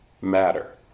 matter